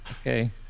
okay